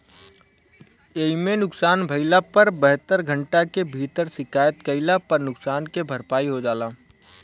एइमे नुकसान भइला पर बहत्तर घंटा के भीतर शिकायत कईला पर नुकसान के भरपाई हो जाला